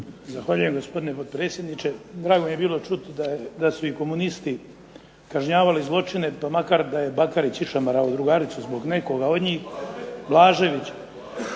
Zahvaljujem gospodine potpredsjedniče. Drago mi je bilo čuti da su i komunisti kažnjavali zločine pa makar da je Bakarić išamarao drugaricu zbog nekoga od njih …